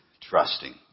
trusting